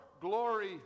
glory